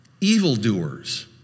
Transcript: evildoers